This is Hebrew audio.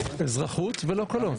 אזרחות ולא קלון.